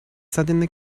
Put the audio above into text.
suddenly